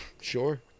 Sure